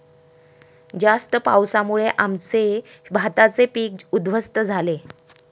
जास्त पावसामुळे आमचे भाताचे पीक उध्वस्त झाले